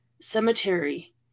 cemetery